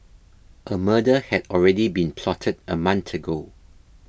a murder had already been plotted a month ago